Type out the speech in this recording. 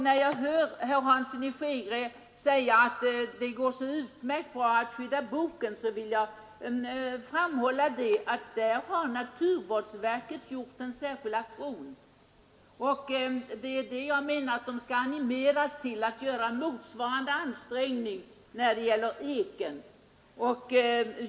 När jag hörde herr Hansson i Skegrie säga att det går utmärkt bra att skydda boken, så vill jag framhålla att för boken har naturvårdsverket gjort en särskild aktion. Och jag menar att verket skall animeras till att göra motsvarande ansträngning när det gäller eken.